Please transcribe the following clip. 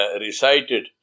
recited